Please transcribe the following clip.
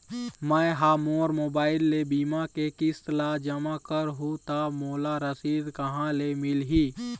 मैं हा मोर मोबाइल ले बीमा के किस्त ला जमा कर हु ता मोला रसीद कहां ले मिल ही?